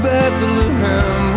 Bethlehem